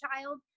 child